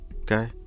Okay